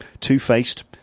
two-faced